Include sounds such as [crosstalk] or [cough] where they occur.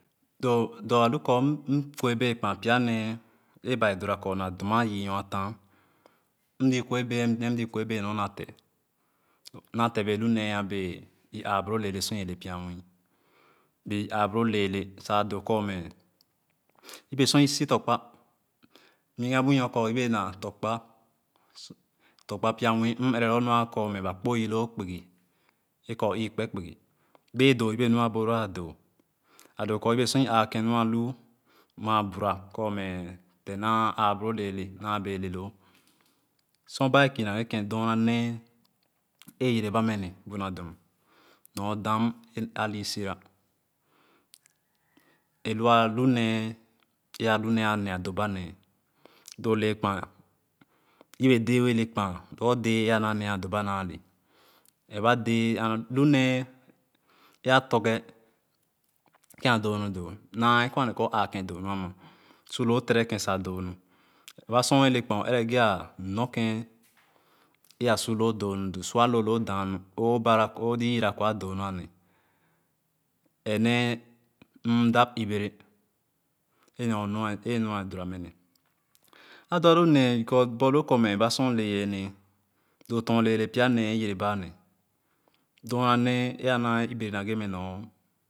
Doo doo mkuebee kpa pya nee e ba dora kor nadum a yiinor a taah m ziì kue bee nee m ziì kue bee nor nate nate bee nor nee a bee ì aaboro leelee sor i bee lepya nwìì bea ì aaboro leelee sa doo kormɛ yebe sor ì so tɔ̃kpa mnyegìa bu nor kor yebe na tɔ̃kpa tɔ̃kpa pya nunì m ɛvɛ logor nu a kor mɛ ba kpo í loo kpugi e kor ì kpe kpugi bee doo yebe nu a borloo a do a doo kor [noise] sor ì aakèn nu a lu maa bura kormɛ te naa baloo leelee na bee le loo sor baye kìì nage kèm dorna nee eyereba mɛ ne bu na dum nor dam alì sìra eloo alu nee alu nee a nee a doba nee lo ole yɛkpaa yebe dɛɛ o yɛ le kpaa logor dɛɛ a naa nee a doba nade ɛrɛ dɛɛ nu nee a tɔge kèn a doo nu doo naa kor a nee kor ããkèn doo nu ama su loo tere kèm sa doo nu aba sor oyele kpaa ɛrɛ ba sor a ye le kpaa ɛrɛ nor [noise] kèn a suloo do manu doo sua aloo lo daa nu o bara o ziì yere kor a doo nu ane e nee m dap ìbere e nor nu a dora mɛ ne a do ado nee because borloo kor ɛreba sor o le yee nee o torn leelee pya nee a yereba a ne dorna nee e naa ìbere naage mɛ nor.